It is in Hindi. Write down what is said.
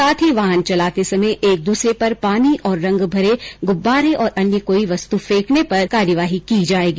साथ ही वाहन चलाते समय एक दूसरे पर पानी और रंग भरे गुब्बारे और अन्य कोई वस्त फेंकने पर कार्यवाही की जायेगी